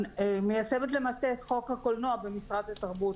אני מיישמת למעשה את חוקה הקולנוע במשרד התרבות,